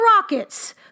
Rockets